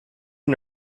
and